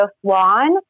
Swan